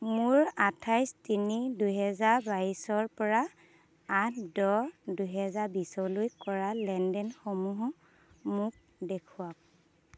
মোৰ আঠাইছ তিনি দুহেজা বাইছৰ পৰা আঠ দহ দুহেজাৰ বিছলৈ কৰা লেনদেনসমূহ মোক দেখুৱাওক